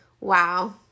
wow